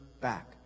back